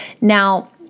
Now